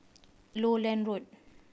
Lowland Road